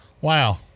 wow